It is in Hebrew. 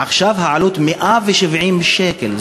עכשיו העלות היא 170 שקל.